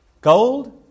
Gold